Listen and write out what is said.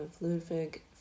Ludwig